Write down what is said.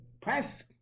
press